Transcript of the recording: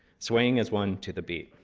swing as one to the beat.